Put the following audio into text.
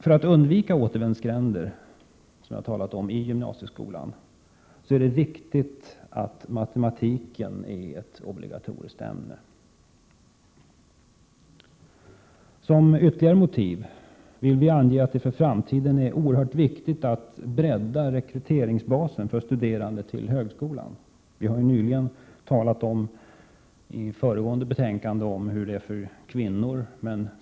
För att undvika återvändsgränder i gymnasieskolan är det viktigt att matematiken är ett obligatoriskt ämne. Vi vill vidare understryka att det för framtiden är oerhört viktigt att bredda rekryteringsbasen när det gäller studier vid högskolan. Vi har nyligen, när det gällde ett annat betänkande, talat om vad som gäller för kvinnor.